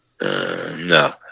No